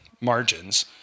margins